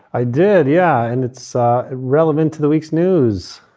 i did, yeah. and it's ah relevant to the week's news.